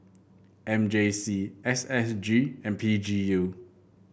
M J C S S G and P G U